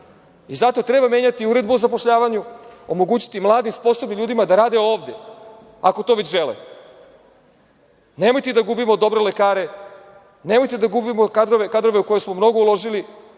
tako. Zato treba menjati uredbu o zapošljavanju, omogućiti mladim, sposobnim ljudima da rade ovde, ako to već žele. Nemojte da gubimo dobre lekare, nemojte da gubimo kadrove u koje smo mnogo uložili,